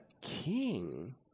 king